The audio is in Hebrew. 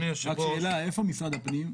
רק שאלה, איפה משרד הפנים?